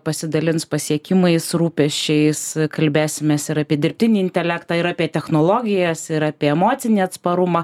pasidalins pasiekimais rūpesčiais kalbėsimės ir apie dirbtinį intelektą ir apie technologijas ir apie emocinį atsparumą